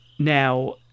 Now